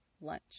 lunch